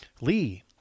Lee